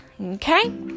Okay